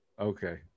Okay